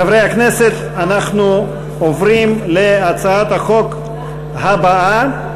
חברי הכנסת, אנחנו עוברים להצעת החוק הבאה,